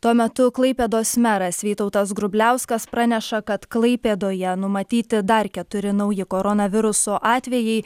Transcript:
tuo metu klaipėdos meras vytautas grubliauskas praneša kad klaipėdoje numatyti dar keturi nauji koronaviruso atvejai